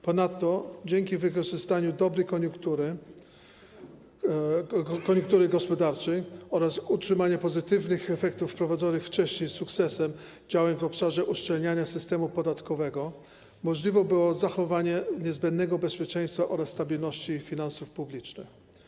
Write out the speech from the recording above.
Ponadto dzięki wykorzystaniu dobrej koniunktury gospodarczej oraz utrzymaniu pozytywnych efektów prowadzonych wcześniej z sukcesem działań w obszarze uszczelniania systemu podatkowego możliwe było zachowanie niezbędnego bezpieczeństwa oraz stabilności finansów publicznych.